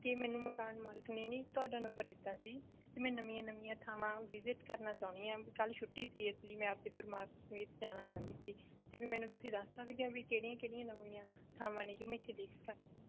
ਅਤੇ ਮੈਨੂੰ ਮਕਾਨ ਮਾਲਕ ਨੇ ਜੀ ਤੁਹਾਡਾ ਨੰਬਰ ਦਿੱਤਾ ਸੀ ਅਤੇ ਮੈਂ ਨਵੀਆਂ ਨਵੀਆਂ ਥਾਵਾਂ ਵਿਜਿਟ ਕਰਨਾ ਚਾਹੁੰਦੀ ਹਾਂ ਵੀ ਕੱਲ੍ਹ ਛੁੱਟੀ ਸੀ ਇਸ ਲਈ ਮੈਂ ਆਪਦੀ ਪਰਿਵਾਰ ਸਮੇਤ ਜਾਣਾ ਚਾਹੁੰਦੀ ਸੀ ਕਿ ਵੀ ਮੈਨੂੰ ਤੁਸੀਂ ਦੱਸ ਸਕਦੇ ਆ ਵੀ ਕਿਹੜੀਆਂ ਕਿਹੜੀਆਂ ਨਵੀਆਂ ਥਾਵਾਂ ਨੇ ਜੋ ਮੈਂ ਇੱਥੇ ਦੇਖ ਸਕਾਂ